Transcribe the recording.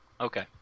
Okay